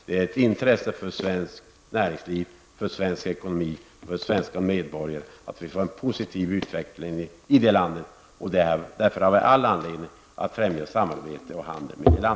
Det är ett intresse för svenskt näringsliv, för svensk ekonomi och svenska medborgare att man får en positiv utveckling i det landet. Därför har vi all anledning att främja samarbete och handel med Polen.